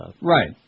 Right